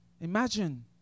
Imagine